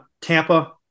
Tampa